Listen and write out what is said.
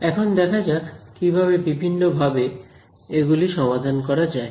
এখন দেখা যাক কিভাবে বিভিন্নভাবে এগুলি সমাধান করা যায়